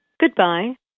Goodbye